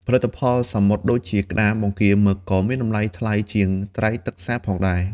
ផលិតផលសមុទ្រដូចជាក្តាម បង្គា មឹក ក៏មានតម្លៃថ្លៃជាងត្រីទឹកសាបផងដែរ។